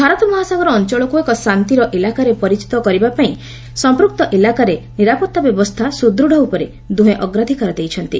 ଭାରତ ମହାସାଗର ଅଞ୍ଚଳକୁ ଏକ ଶାନ୍ତିର ଇଲାକାରେ ପରିରତ କରିବା ସହ ସମ୍ପୃକ୍ତ ଇଲାକାରେ ନିରାପତ୍ତା ବ୍ୟବସ୍ଥା ସୁଦୃଢ଼ ଉପରେ ଦୁହେଁ ଅଗ୍ରାଧିକାର ଦେଇଛନ୍ତି